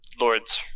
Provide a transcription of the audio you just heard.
Lords